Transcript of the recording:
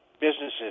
businesses